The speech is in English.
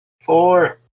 Four